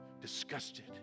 disgusted